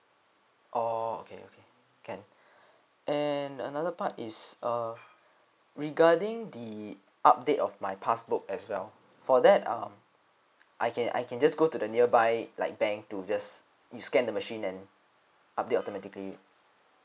oh okay okay can and another part is uh regarding the update of my pass book as well for that um I can I can just go to the nearby like bank to just you scan the machine and update authentically